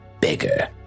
bigger